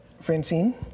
Francine